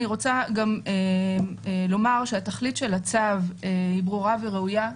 אני רוצה גם לומר שהתכלית של הצו היא ברורה וראויה.